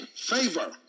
favor